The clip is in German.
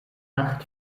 acht